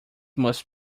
must